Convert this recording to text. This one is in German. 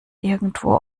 irgendwo